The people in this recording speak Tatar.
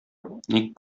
ник